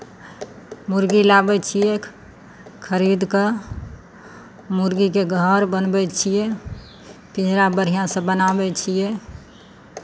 मुरगी लाबै छियै खरीद कऽ मुरगीके घर बनबै छियै पिंजरा बढ़िआँसँ बनाबै छियै